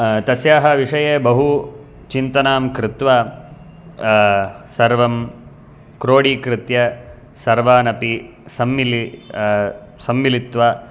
तस्याः विषये बहु चिन्तनां कृत्वा सर्वं क्रोडिकृत्य सर्वान् अपि सम्मिल्य सम्मिलित्वा